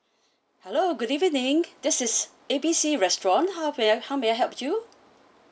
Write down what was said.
hello good evening this is A B C restaurant how may how may I help you